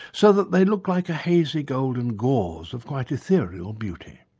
so that they look like a hazy golden gauze of quite ethereal beauty.